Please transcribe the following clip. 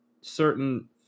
certain